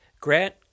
Grant